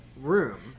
room